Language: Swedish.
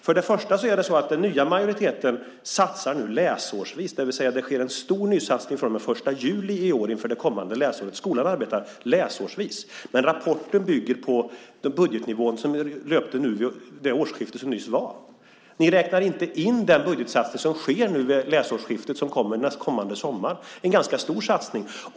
För det första satsar den nya majoriteten läsårsvis, det vill säga att det sker en stor nysatsning från och med den 1 juli i år inför det kommande läsåret. Skolan arbetar läsårsvis. Men rapporten bygger på den budgetnivå som löpte vid det årsskifte som nyss var. Ni räknar inte in den budgetsatsning som sker med läsårsskiftet kommande sommar. Det är en ganska stor satsning.